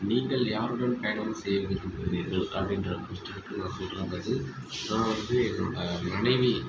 நீங்கள் யாருடன் பயணம் செய்ய விரும்புகிறீர்கள் அப்படின்ற கொஸ்டினுக்கு நான் சொல்கிற பதில் நான் வந்து நம்ம மனைவி